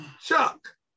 Chuck